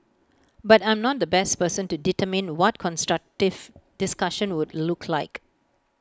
but I am not the best person to determine what constructive discussion would look like